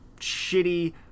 shitty